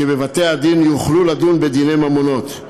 כי בבתי-הדין יוכלו לדון בדיני ממונות.